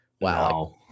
wow